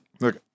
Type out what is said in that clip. Look